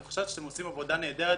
אני חושבת שאתם עושים עבודה נהדרת,